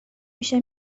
میشه